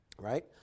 right